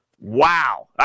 Wow